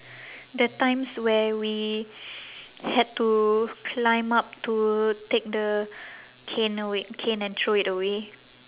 the times where we had to climb up to take the cane away cane and throw it away